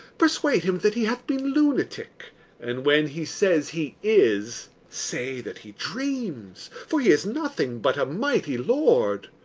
persuade him that he hath been lunatic and, when he says he is say that he dreams, for he is nothing but a mighty lord.